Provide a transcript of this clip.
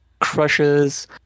crushes